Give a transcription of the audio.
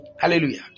Hallelujah